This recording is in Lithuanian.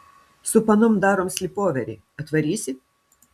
su panom darom slypoverį atvarysi